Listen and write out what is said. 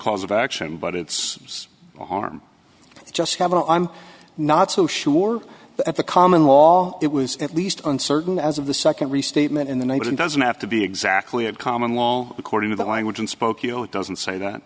cause of action but it's harm just haven't i'm not so sure that the common law it was at least uncertain as of the second restatement in the negative doesn't have to be exactly a common law according to the language in spokeo it doesn't say that